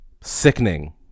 Sickening